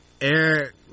Eric